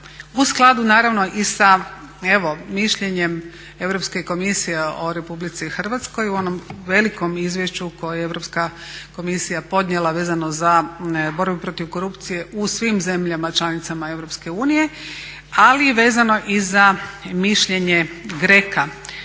u skladu sa mišljenjem Europske komisije o RH u onom velikom izvješću koje je Europska komisija podnijela vezano za borbu protiv korupcije u svim zemljama članicama EU, ali i vezano za mišljenje GRECO-a,